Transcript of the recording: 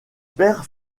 perd